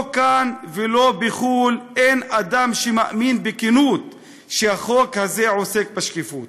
לא כאן ולא בחו"ל אין אדם שמאמין בכנות שהחוק הזה עוסק בשקיפות.